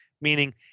Meaning